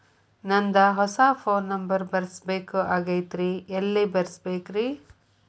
ನಂದ ಹೊಸಾ phone number ಬರಸಬೇಕ್ ಆಗೈತ್ರಿ ಎಲ್ಲೆ ಬರಸ್ಬೇಕ್ರಿ?